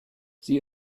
sie